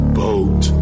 boat